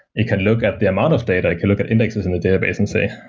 it can look at the amount of data. it can look at indexes in a database and say,